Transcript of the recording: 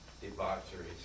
debaucheries